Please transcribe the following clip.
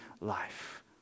life